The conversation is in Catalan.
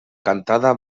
cantada